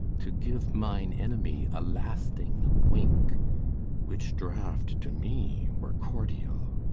to give mine enemy a lasting wink which draught to me were cordial.